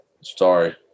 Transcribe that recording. sorry